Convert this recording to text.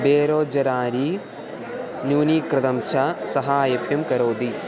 बेरोजगारी न्यूनीकृतं च सहाय्यं करोति